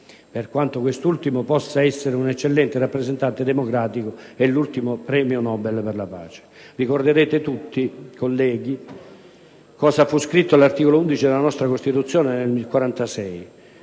per quanto quest'ultimo possa essere un eccellente rappresentante democratico e l'ultimo premio Nobel per la pace. Ricorderete tutti, colleghi, cosa fu scritto all'articolo 11 della nostra Costituzione nel 1946.